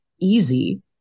easy